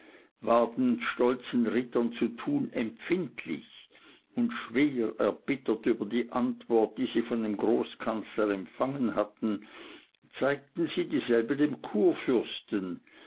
den stolzen rittern zu tun empfindlich und schwer erbittert über die antwort die sie von dem großkanzler empfangen hatten zeigten sie dieselbe dem kurfürsten